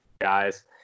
guys